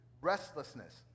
restlessness